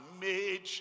made